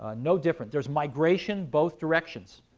ah no different. there's migration, both directions,